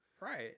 Right